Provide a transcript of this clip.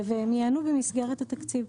הם ייענו במסגרת התקציב.